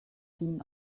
seen